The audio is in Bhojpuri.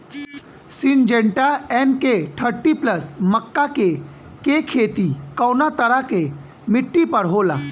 सिंजेंटा एन.के थर्टी प्लस मक्का के के खेती कवना तरह के मिट्टी पर होला?